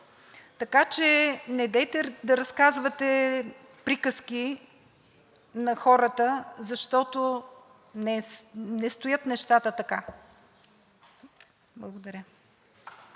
Така че недейте да разказвате приказки на хората, защото не стоят нещата така. Благодаря.